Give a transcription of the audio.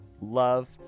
Love